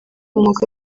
umwuga